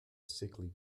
sickly